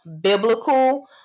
biblical